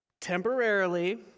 temporarily